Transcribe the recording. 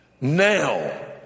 Now